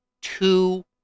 two